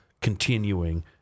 continuing